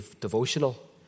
devotional